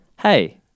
hey